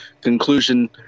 conclusion